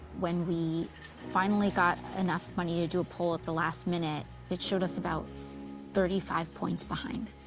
when we finally got enough money to do a poll at the last minute, it showed us about thirty five points behind.